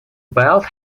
belt